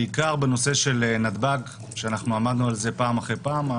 בעיקר בנושא של נתב"ג שעמדנו על זה פעם אחרי פעם,